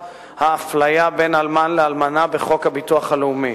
האפליה בין אלמן לאלמנה בחוק הביטוח הלאומי.